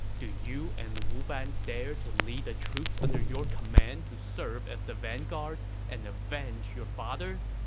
do you and wu ban dare to lead the troops under your command to serve as the vanguard and avenge your father?